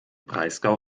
breisgau